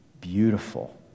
beautiful